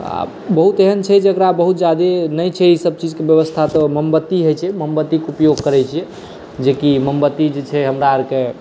आब बहुत एहन छै जेकरा बहुत ज्यादा नहि छै ई सभ चीजक व्यवस्था तऽ मोमबत्ती होइ छै मोमबत्तीक उपयोग करै छै जेकी मोमबत्ती जे छै हमरा आरके